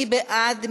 מי בעד?